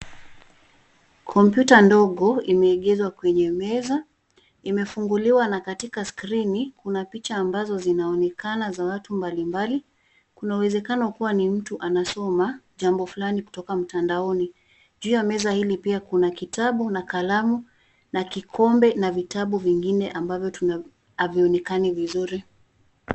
Kompyuta ndogo imeegezwa kwenye meza. Imefunguliwa na katika skrini kuna picha ambazo zinaonekana za watu mbali mbali, kuna uwezekano kuwa ni mtu anasoma, jambo fulani kutoka mtandaoni, juu ya meza hili pia kuna kitabu na kalamu, na kikombe na vitabu vingine ambavyo, havionekani vizuri.